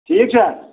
ٹھیٖک چھا